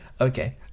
Okay